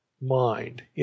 mind